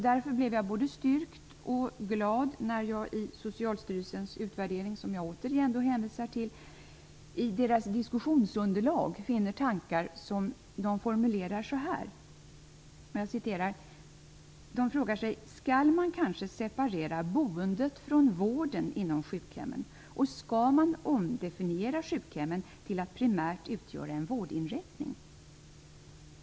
Därför blev jag både styrkt och glad när jag i Socialstyrelsens utvärdering, som jag återigen hänvisar till, i diskussionsunderlaget finner tankar som de formulerar så här: Skall man kanske separera boendet från vården inom sjukhemmen, och skall man omdefiniera sjukhemmen till att primärt utgöra en vårdinrättning?